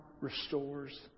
restores